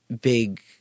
big